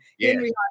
Henry